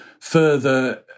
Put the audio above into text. further